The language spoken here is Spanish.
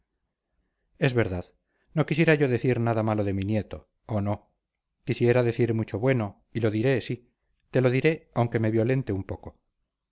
es verdad no quisiera yo decir nada malo de mi nieto oh no quisiera decir mucho bueno y lo diré sí te lo diré aunque me violente un poco